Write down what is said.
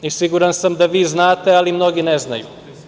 Siguran sam da vi znate, ali mnogi ne znaju.